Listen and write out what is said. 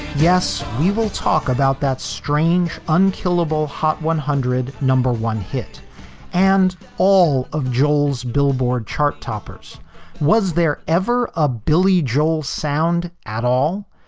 yes, we will talk about that strange, unkillable hot one hundred number one hit and all of joel's billboard chart toppers toppers was there ever a billy joel sound at all?